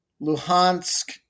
Luhansk